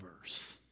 verse